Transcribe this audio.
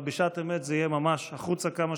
אבל בשעת אמת זה יהיה ממש החוצה מהמבנה,